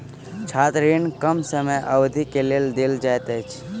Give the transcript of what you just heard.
छात्र ऋण कम समय अवधि के लेल देल जाइत अछि